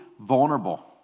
vulnerable